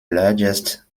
largest